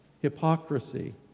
hypocrisy